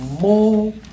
more